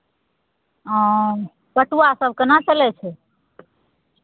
हँ पटुआसभ केना चलै छै